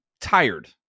tired